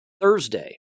Thursday